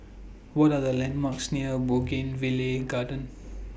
What Are The landmarks near Bougainvillea Garden